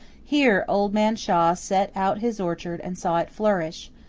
here old man shaw set out his orchard and saw it flourish,